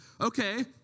okay